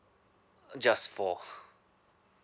just four